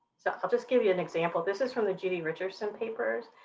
so i'll just give you an example. this is from the judy richardson papers.